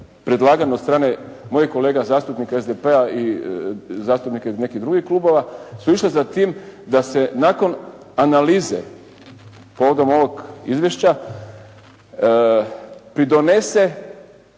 predlagane od strane mojih kolega zastupnika SDP-a i zastupnika iz nekih drugih klubova su išle za tim da se nakon analize povodom ovog izvješća pridonese